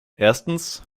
erstens